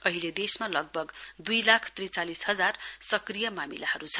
अहिले देशमा लगभग दुई लाख त्रिचालिस हजार क्रिय मामिलाहरू छन्